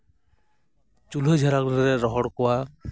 ᱪᱩᱞᱦᱟᱹ ᱡᱷᱟᱨᱟᱠ ᱨᱮᱞᱮ ᱨᱚᱦᱚᱲ ᱠᱚᱣᱟ